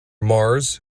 mars